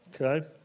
Okay